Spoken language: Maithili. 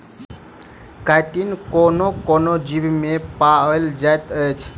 काइटिन कोनो कोनो जीवमे पाओल जाइत अछि